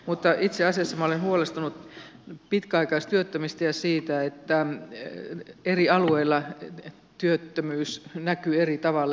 mutta itse asiassa minä olen huolestunut pitkäaikaistyöttömistä ja siitä että eri alueilla työttömyys näkyy eri tavalla